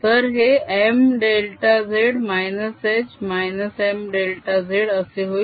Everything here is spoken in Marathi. तर हे mδz h mδz असे होईल